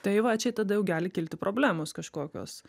tai va čia tada jau gali kilti problemos kažkokios